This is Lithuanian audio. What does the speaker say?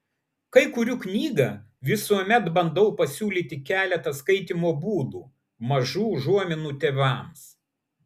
kai kuriu knygą visuomet bandau pasiūlyti keletą skaitymo būdų mažų užuominų tėvams